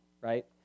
right